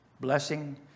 blessing